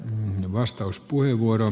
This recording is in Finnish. arvoisa puhemies